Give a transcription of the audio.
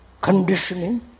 conditioning